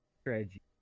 strategy